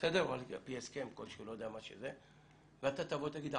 או על פי הסכם ואתה תבוא ותגיד,